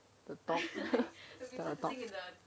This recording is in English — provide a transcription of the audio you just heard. what dog